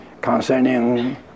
concerning